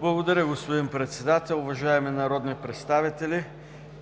Благодаря, господин Председател. Уважаеми народни представители,